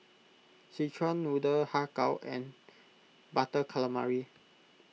Szechuan Noodle Har Kow and Butter Calamari